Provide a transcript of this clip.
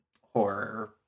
horror